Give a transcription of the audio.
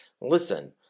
Listen